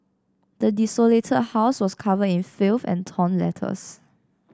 the desolated house was covered in filth and torn letters